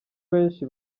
benshi